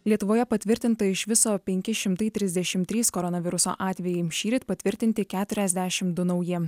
lietuvoje patvirtinta iš viso penki šimtai trisdešimt trys koronaviruso atvejai šįryt patvirtinti keturiasdešimt du nauji